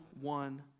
one